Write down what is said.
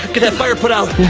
get that fire put out.